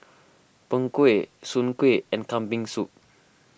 Png Kueh Soon Kueh and Kambing Soup